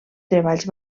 treballs